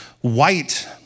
white